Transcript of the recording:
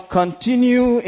continue